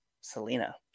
Selena